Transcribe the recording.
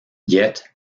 yet